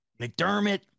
McDermott